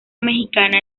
mexicana